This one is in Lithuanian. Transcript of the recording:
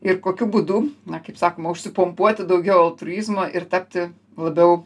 ir kokiu būdu na kaip sakoma užsipompuoti daugiau altruizmo ir tapti labiau